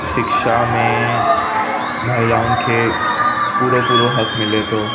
शिक्षा में महिलाउनि खे पूरो पूरो हक़ु मिले थो